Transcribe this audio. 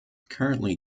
currently